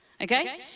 Okay